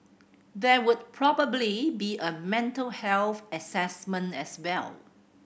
there would probably be a mental health assessment as well